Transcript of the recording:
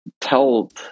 tell